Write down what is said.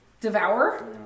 devour